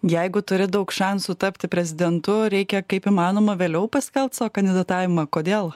jeigu turi daug šansų tapti prezidentu reikia kaip įmanoma vėliau paskelbti savo kandidatavimą kodėl